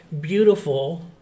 beautiful